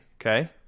Okay